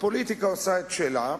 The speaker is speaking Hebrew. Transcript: הפוליטיקה עושה את שלה.